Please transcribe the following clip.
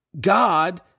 God